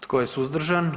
Tko je suzdržan?